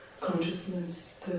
consciousness